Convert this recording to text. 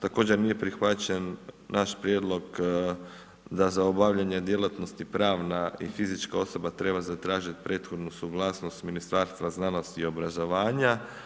Također nije prihvaćen naš prijedlog, da za obavljanje djelatnosti, pravna i fizička osoba treba zatražiti prethodnu suglasnost Ministarstva znanosti i obrazovanja.